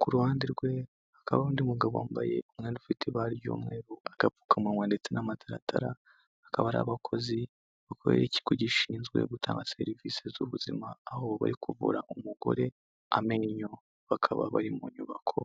ku ruhande rwe hakaba hari undi mugabo wambaye umwenda ufite ibara ry'umweru agapfukamunwa ndetse n'amataratara akaba ari abakozi bakorera ikigo gishinzwe gutanga serivisi z'ubuzima aho bari kuvura umugore amenyo bakaba bari mu nyubako.